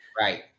Right